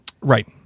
Right